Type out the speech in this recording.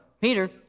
Peter